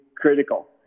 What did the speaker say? critical